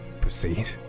Proceed